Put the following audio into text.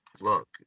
look